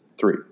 three